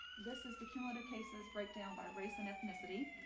this is the cumulative cases breakdown by race and ethnicity.